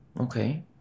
Okay